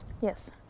Yes